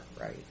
right